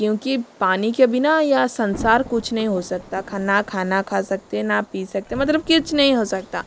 क्योंकि पानी के बिना यह संसार कुछ नहीं हो सकता ना खाना खा सकते हैं ना आप पी सकते हैं मतलब किछ नहीं हो सकता